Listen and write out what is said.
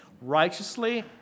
righteously